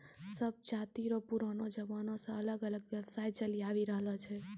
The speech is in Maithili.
सब जाति रो पुरानो जमाना से अलग अलग व्यवसाय चलि आवि रहलो छै